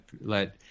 let